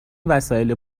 وسایل